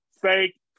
fake